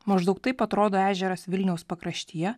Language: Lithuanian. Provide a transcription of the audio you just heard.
maždaug taip atrodo ežeras vilniaus pakraštyje